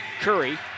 Curry